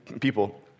people